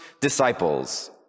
disciples